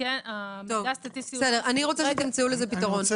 אני רוצה שתמצאו לזה פתרון.